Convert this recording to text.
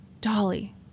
Dolly